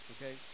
Okay